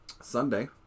Sunday